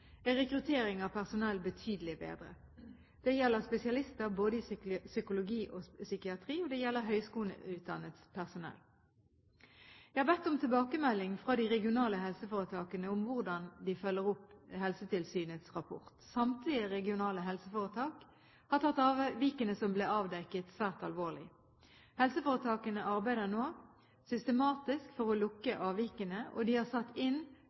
er rekruttering av personell betydelig bedret. Det gjelder spesialister både i psykologi og psykiatri, og det gjelder høyskoleutdannet personell. Jeg har bedt om tilbakemelding fra de regionale helseforetakene på hvordan de følger opp Helsetilsynets rapport. Samtlige regionale helseforetak har tatt avvikene som ble avdekket, svært alvorlig. Helseforetakene arbeider nå systematisk for å lukke avvikene, og de har satt inn